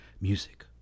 music